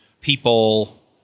people